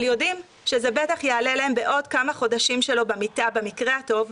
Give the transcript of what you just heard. אבל יודעים שזה בטח יעלה להם בעוד כמה חודשים שלו במיטה במקרה הטוב,